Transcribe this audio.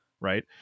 Right